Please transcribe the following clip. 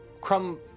Crumb